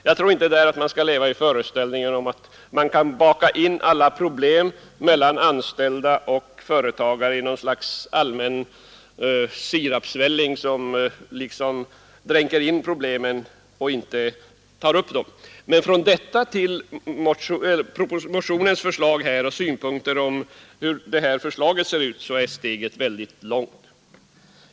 Man skall inte där leva i föreställningen att man kan baka in alla problem mellan anställda och företagare i något slags allmän sirapsvälling, som liksom dränker in problemen utan att ta upp dem. Men därifrån och till motionens synpunkter på förslaget är steget mycket långt.